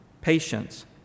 patience